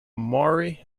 maury